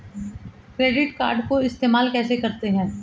Credit card को इस्तेमाल कैसे करते हैं?